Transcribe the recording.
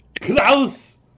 Klaus